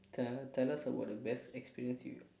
tell tell us about the best experience you